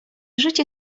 życie